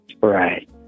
Right